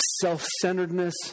self-centeredness